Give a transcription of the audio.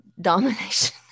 domination